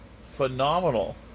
phenomenal